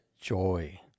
joy